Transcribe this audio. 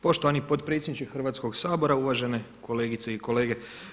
Poštovani potpredsjedniče Hrvatskog sabora, uvažene kolegice i kolege.